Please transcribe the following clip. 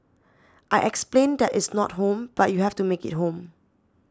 I explained that it's not home but you have to make it home